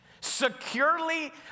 securely